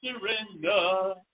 surrender